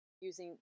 using